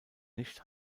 nicht